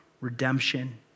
redemption